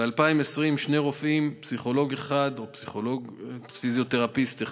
ב-2020, שני רופאים, פסיכולוג ופיזיותרפיסט אחד.